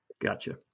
Gotcha